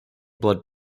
blood